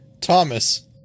Thomas